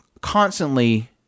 constantly